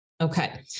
Okay